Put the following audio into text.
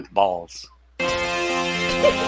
balls